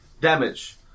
Damage